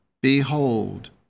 behold